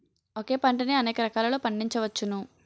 ఒకే పంటని అనేక రకాలలో పండించ్చవచ్చును